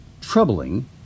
troubling